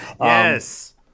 Yes